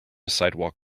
sidewalk